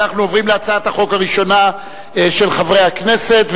אנחנו עוברים להצעת החוק הראשונה של חברי הכנסת,